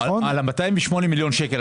אני שואל על ה-208 מיליון שקל,